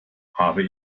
habe